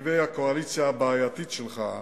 לתכתיבי הקואליציה הבעייתית שלך,